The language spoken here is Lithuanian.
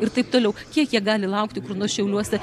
ir taip toliau kiek jie gali laukti kur nors šiauliuose